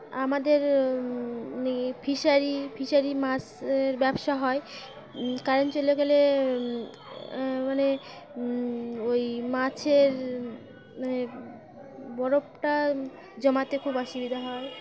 আমাদের fishery fishery মাছের ব্যবসা হয় কারেন্ট চলে গেলে মানে ওই মাছের বরফটা জমাতে খুব অসুবিধা হয়